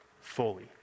fully